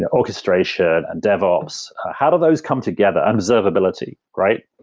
and orchestration and devops. how do those come together and observability, right?